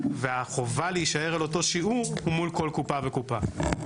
והחובה להישאר על אותו שיעור הוא מול כל קופה וקופה.